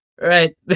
Right